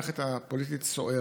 וגם אם המערכת הפוליטית סוערת,